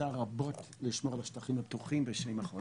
שעשתה רבות לשמור על השטחים הפתוחים בשנים האחרונות.